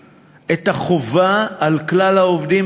את ההסתייגות?